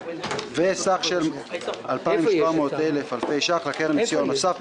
וסך של 2,700 אלפי ש"ח לקרן לסיוע נוסף,